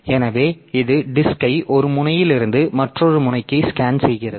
எனவே இது டிஸ்க்ஐ ஒரு முனையிலிருந்து மற்றொரு முனைக்கு ஸ்கேன் செய்கிறது